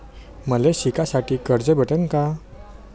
मले शिकासाठी कर्ज भेटन का?